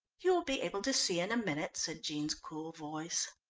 you will be able to see in a minute, said jean's cool voice.